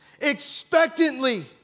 Expectantly